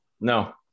no